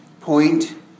point